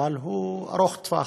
אבל הוא ארוך טווח.